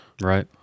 Right